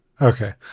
Okay